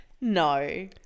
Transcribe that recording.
no